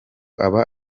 aba